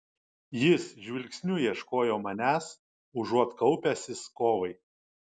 jis žvilgsniu ieškojo manęs užuot kaupęsis kovai